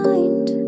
Mind